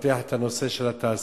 לפתח את הנושא של התעסוקה.